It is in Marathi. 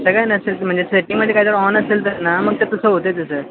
तसं काय नसेल म्हणजे सेटिंगमध्ये काय जर ऑन असेल तर ना मग ते तसं होतं आहे तसं